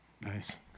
nice